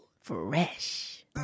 Fresh